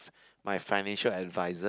my financial adviser